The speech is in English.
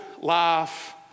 life